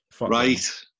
Right